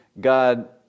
God